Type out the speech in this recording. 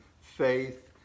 faith